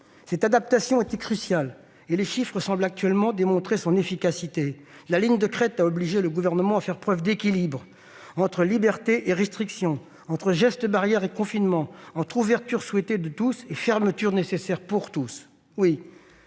Cette adaptation était cruciale, les chiffres semblent actuellement démontrer son efficacité. La ligne de crête a obligé le Gouvernement à faire preuve d'équilibre : entre liberté et restriction, entre gestes barrières et confinement, entre ouverture souhaitée de tous et fermeture nécessaire pour tous.